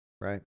Right